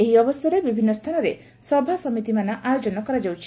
ଏହି ଅବସରରେ ବିଭିନ୍ନ ସ୍ଥାନରେ ସଭାସମିତିମାନ ଆୟୋଜନ କରାଯାଉଛି